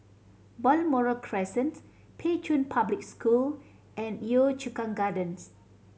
Balmoral Crescent Pei Chun Public School and Yio Chu Kang Gardens